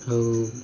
ଆଉ